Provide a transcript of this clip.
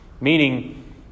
Meaning